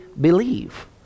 believe